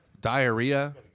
Diarrhea